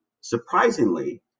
Surprisingly